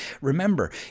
remember